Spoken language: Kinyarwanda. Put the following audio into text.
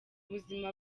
ubuzima